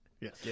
Yes